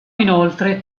inoltre